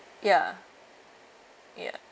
ya ya